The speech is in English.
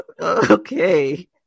okay